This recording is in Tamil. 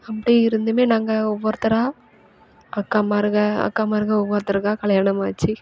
அப்படியே இருந்துமே நாங்கள் ஒவ்வொருத்தரா அக்கா மாறுக அக்கா மாறுங்க ஒவ்வொருத்தருக்கா கல்யாணமாச்சி